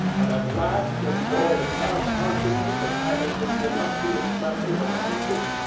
and at last enjoy the proud consciousness of having its illustrious members amongst us,